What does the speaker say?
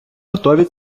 готові